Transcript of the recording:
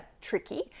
tricky